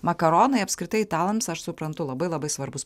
makaronai apskritai italams aš suprantu labai labai svarbus